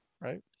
right